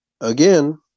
again